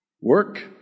work